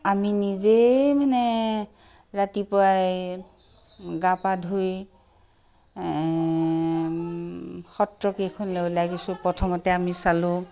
আমি নিজেই মানে ৰাতিপুৱাই গা পা ধুই সত্ৰকেইখনলৈ ওলাই গৈছোঁ প্ৰথমতে আমি চালোঁ